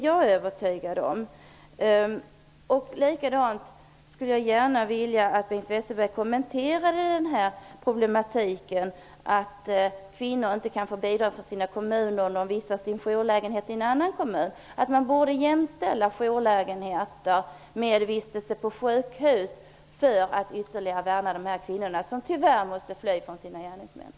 Jag vill gärna att Bengt Westerberg också kommenterar problematiken kring det förhållandet att kvinnor inte kan få bidrag från sina hemkommuner när de vistas i en jourlägenhet i en annan kommun. Man borde jämställa jourlägenheter med vistelse på sjukhus för att ytterligare värna dessa kvinnor som tyvärr måste fly från gärningsmännen.